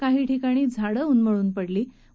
काही ठिकाणी झाडं उन्मळून पडली आहेत